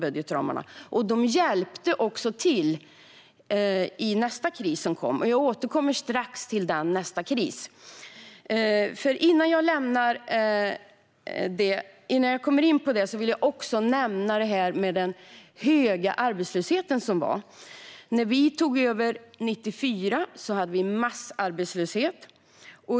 Budgetramarna hjälpte också till i nästa kris som kom. Jag återkommer strax till den krisen. Jag vill också nämna den höga arbetslöshet som var. När vi tog över 1994 hade vi massarbetslöshet.